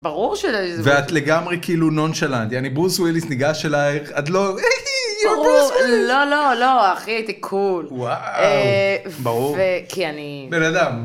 ברור ש - ואת לגמרי כאילו נון שלנט יענו ברוס וויליס ניגש אלייך את לא - לא לא הכי הייתי קול. ברור כי אני - בן אדם.